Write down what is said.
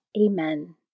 Amen